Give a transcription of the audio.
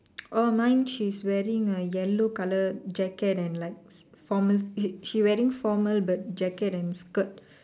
orh mine she's wearing a yellow colour jacket and like formal she wearing formal but jacket and skirt